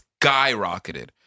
skyrocketed